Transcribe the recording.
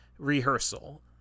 rehearsal